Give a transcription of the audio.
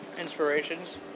inspirations